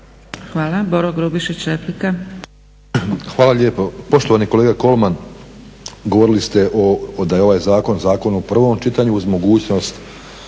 Boro (HDSSB)** Hvala lijepo. Poštovani kolega Kolman, govorili ste da je ovaj zakon, zakon u prvom čitanju uz mogućnost